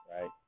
Right